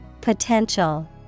Potential